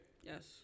Yes